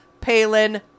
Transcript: Palin